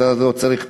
אתה לא צריך פרוטקציה,